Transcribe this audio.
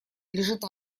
лежит